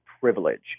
privilege